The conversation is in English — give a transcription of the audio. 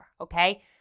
okay